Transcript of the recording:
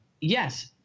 yes